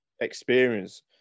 experience